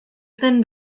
zen